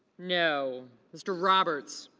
no. mr. robert